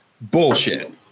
bullshit